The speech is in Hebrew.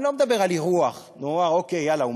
אני לא מדבר על אירוח, נורא, יאללה, אוקיי.